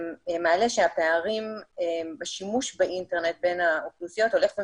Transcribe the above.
מעלה שהפערים בשימוש באינטרנט בין האוכלוסיות הולך ומצטמצם,